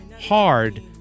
hard